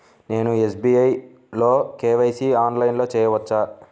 నేను ఎస్.బీ.ఐ లో కే.వై.సి ఆన్లైన్లో చేయవచ్చా?